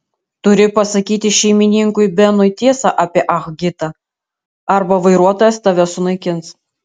turi pasakyti šeimininkui benui tiesą apie ah gitą arba vairuotojas tave sunaikins